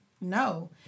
no